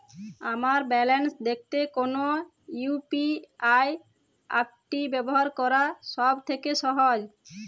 আমার ব্যালান্স দেখতে কোন ইউ.পি.আই অ্যাপটি ব্যবহার করা সব থেকে সহজ?